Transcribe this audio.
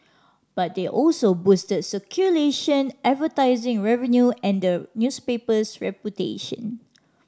but they also boosted circulation advertising revenue and the newspaper's reputation